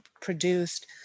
produced